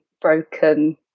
broken